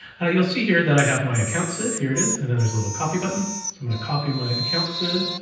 you'll see here that i have my account sid, here it is, and then there's a little copy button. so i'm gonna copy my account sid,